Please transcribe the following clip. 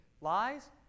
Lies